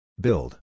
Build